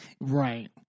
Right